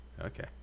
Okay